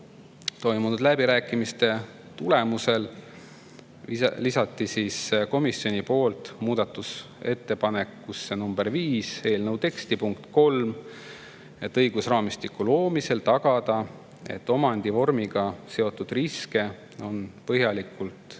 toimunud läbirääkimiste tulemusel lisas komisjon muudatusettepanekuga nr 5 eelnõu teksti punkt 3, et õigusraamistiku loomisel tagada, et omandivormiga seotud riske on põhjalikult hinnatud.